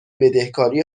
بدهکاری